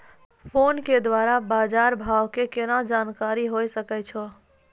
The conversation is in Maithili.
फोन के द्वारा बाज़ार भाव के केना जानकारी होय सकै छौ?